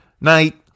Night